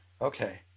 okay